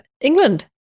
England